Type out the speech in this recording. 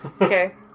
Okay